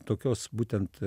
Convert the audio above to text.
tokios būtent